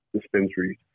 dispensaries